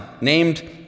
named